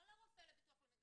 לא לרופא של ביטוח לאומי,